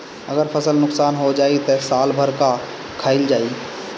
अगर फसल नुकसान हो जाई त साल भर का खाईल जाई